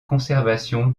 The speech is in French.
conservation